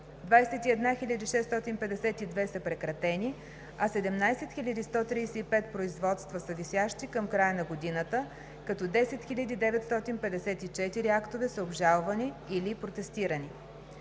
21 652 са прекратени, а 17 135 производства са висящи към края на годината, като 10 954 актове са обжалвани или протестирани.